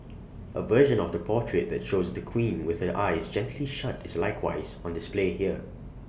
A version of the portrait that shows the queen with her eyes gently shut is likewise on display here